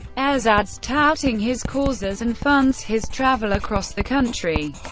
airs ads touting his causes and funds his travel across the country.